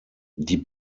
die